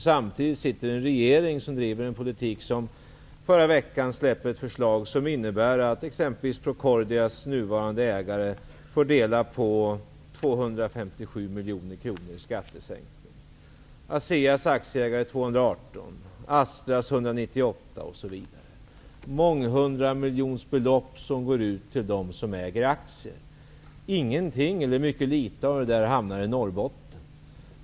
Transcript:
Samtidigt sitter hans parti i en regering som i förra veckan släppte ett förslag som innebär att exempelvis Procordias nuvarande ägare får dela på 257 miljoner kronor i skattesänkning. Aseas aktieägare får dela på 218 Belopp på många hundra miljoner går ut till dem som äger aktier. Ingenting eller mycket litet av det hamnar i Norrbotten.